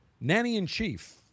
nanny-in-chief